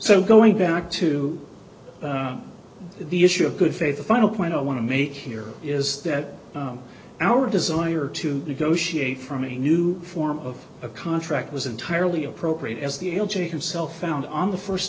so going back to the issue of good faith the final point i want to make here is that our desire to negotiate from a new form of a contract was entirely appropriate as the l g himself found on the first